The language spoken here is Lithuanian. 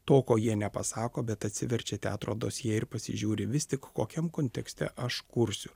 to ko jie nepasako bet atsiverčia teatro dosjė ir pasižiūri vis tik kokiam kontekste aš kursiu